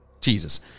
Jesus